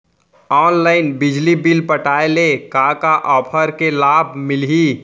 Online बिजली bill पटाय ले का का ऑफ़र के लाभ मिलही?